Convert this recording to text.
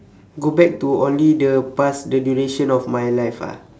go back to only the past the duration of my life ah